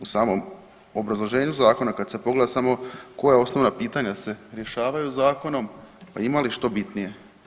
U samom obrazloženju zakona kad se pogleda samo koja osnovna pitanja se rješavaju zakonom, pa ima li što bitnije.